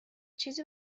چیزی